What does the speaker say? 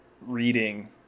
reading